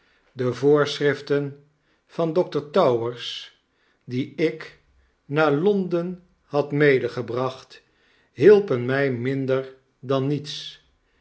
de voorschriften van dr towers die ik naar london had medefebracht hielpen my minder dan niets